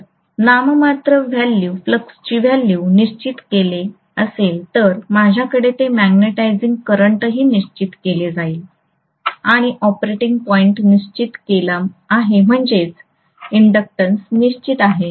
जर नाममात्र flux value निश्चित केले असेल तर माझ्याकडे ते मॅग्नेटिझिंग करंटही निश्चित केले जाईल आणि ऑपरेटिंग पॉईंट निश्चित केला आहे म्हणजेच इंडक्शन्स निश्चित आहे